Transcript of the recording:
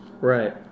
right